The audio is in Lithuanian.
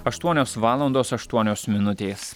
aštuonios valandos aštuonios minutės